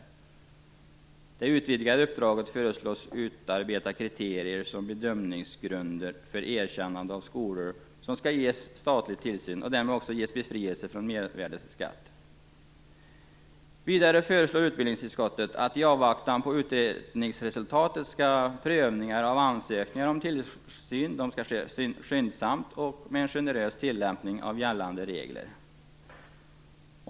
I det utvidgade uppdraget föreslås ingå att utarbeta bedömningsgrunder för erkännande av skolor som skall ges statlig tillsyn och därmed också ges befrielse från mervärdesskatt. Vidare föreslår utbildningsutskottet att i avvaktan på utredningsresultatet prövningar av ansökningar om tillsyn skall ske skyndsamt och med en generös tilllämpning av gällande regler.